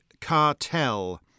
cartel